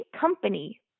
company